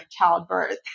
childbirth